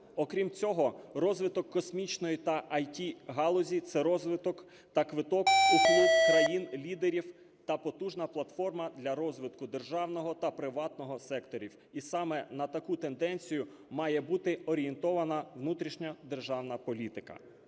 Окрім цього, розвиток космічної та ІТ-галузі – це розвиток та квиток у клуб країн-лідерів та потужна платформа для розвитку державного та приватного секторів. І саме на таку тенденцію має бути орієнтована внутрішньодержавна політика.